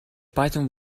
python